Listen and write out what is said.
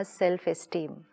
self-esteem